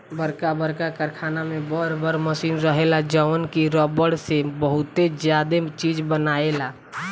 बरका बरका कारखाना में बर बर मशीन रहेला जवन की रबड़ से बहुते ज्यादे चीज बनायेला